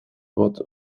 wat